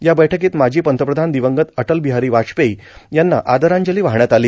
या बैठकीत माजी पंतप्रधान दिवंगत अटलबिहारी वाजपेयी यांना आदरांजली वाहण्यात आली